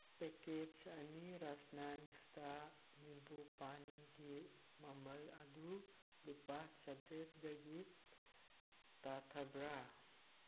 packets ꯑꯅꯤ ꯔꯥꯁꯅꯥ ꯏꯟꯁꯇꯥ ꯅꯤꯝꯕꯨ ꯄꯥꯅꯤꯒꯤ ꯃꯃꯜ ꯑꯗꯨ ꯂꯨꯄꯥ ꯆꯇꯔꯦꯠꯇꯒꯤ ꯇꯥꯊꯕ꯭ꯔꯥ